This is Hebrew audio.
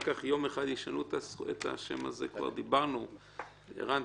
יום אחד ישנו את השם הזה, כבר דיברנו על זה, ערן.